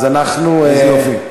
אז אנחנו,